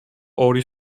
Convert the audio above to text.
ორი